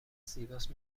زیباست